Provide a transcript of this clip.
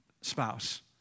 spouse